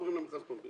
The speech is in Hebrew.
עוברים למכרז פומבי.